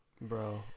bro